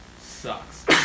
sucks